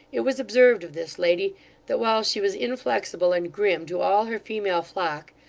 it was observed of this lady that while she was inflexible and grim to all her female flock,